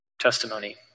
testimony